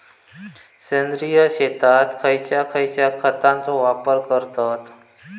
सेंद्रिय शेतात खयच्या खयच्या खतांचो वापर करतत?